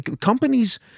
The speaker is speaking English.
companies